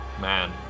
Man